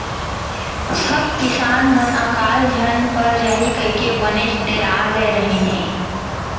सब किसान मन अकाल झन पर जाही कइके बनेच डेरा गय रहिन हें